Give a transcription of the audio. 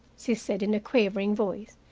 she said, in a quavering voice.